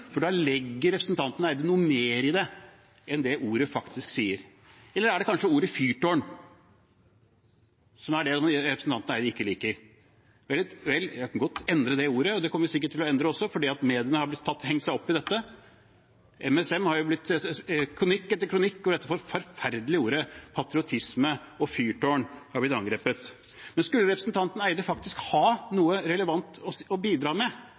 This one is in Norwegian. Da legger representanten Eide noe mer i det enn det ordet faktisk sier. Eller er det kanskje ordet «fyrtårn» som representanten Eide ikke liker. Jeg kan godt endre det ordet, og det kommer vi sikkert til å gjøre også, fordi mediene har hengt seg opp i dette. I MSM har jo – i kronikk etter kronikk – disse forferdelige ordene «patriotisme» og «fyrtårn» blitt angrepet. Men skulle representanten Eide faktisk ha noe relevant å bidra med,